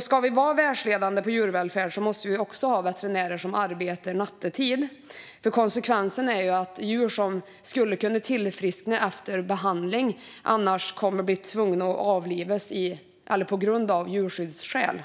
Ska vi vara världsledande i djurvälfärd måste vi också ha veterinärer som arbetar nattetid, för konsekvensen blir annars att djur som skulle kunna tillfriskna efter behandling kommer att behöva avlivas av djurskyddsskäl.